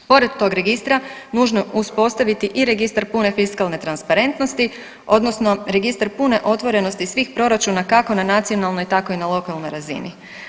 Pored tog registra nužno je uspostaviti i registar pune fiskalne transparentnosti odnosno registar pune otvorenosti svih proračuna kako na nacionalnoj tako i na lokalnoj razini.